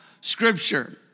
Scripture